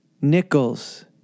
nickels